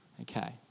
Okay